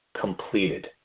completed